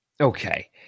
Okay